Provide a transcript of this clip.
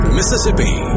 Mississippi